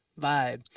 vibe